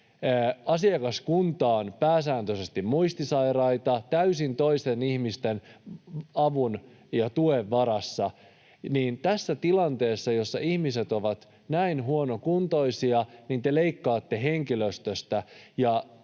Asiakaskunta on pääsääntöisesti muistisairaita, täysin toisten ihmisten avun ja tuen varassa, niin että kun tässä tilanteessa, jossa ihmiset ovat näin huonokuntoisia, te leikkaatte henkilöstöstä,